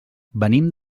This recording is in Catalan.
venim